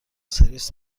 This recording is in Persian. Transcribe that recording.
سرویس